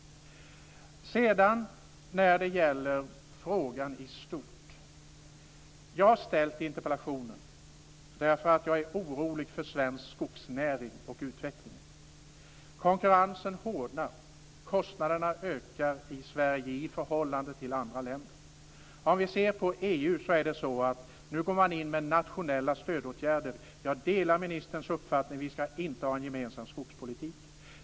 När det gäller frågan i stort vill jag säga att jag har framställt interpellationen därför att jag är orolig för svensk skogsnäring och dess utveckling. Konkurrensen hårdnar. Kostnaderna ökar i Sverige i förhållande till andra länder. Om vi ser på EU märker vi att man går in med nationella stödåtgärder. Jag delar ministerns uppfattning, vi skall inte ha en gemensam skogspolitik.